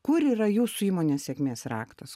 kur yra jūsų įmonės sėkmės raktas